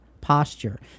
posture